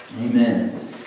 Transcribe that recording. amen